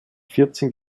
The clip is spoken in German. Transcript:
vierzehn